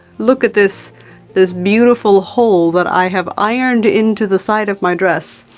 look at this this beautiful hole that i have ironed into the side of my dress.